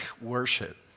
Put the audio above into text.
worship